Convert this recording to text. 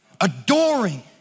adoring